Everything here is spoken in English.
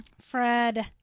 Fred